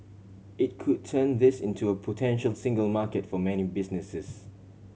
it could turn this into a potential single market for many businesses